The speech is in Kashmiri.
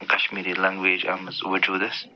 کشمیٖری لنٛگویج آمٕژ وُجوٗدس